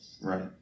Right